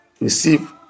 receive